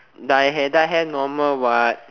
dye hair dye hair normal what